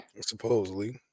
supposedly